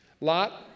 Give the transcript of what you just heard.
lot